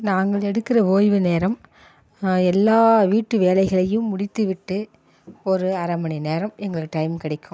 நாங்கள் எடுக்கிற ஓய்வு நேரம் எல்லா வீட்டு வேலைகளையும் முடித்து விட்டு ஒரு அரை மணி நேரம் எங்களுக்கு டைம் கிடைக்கும்